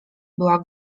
była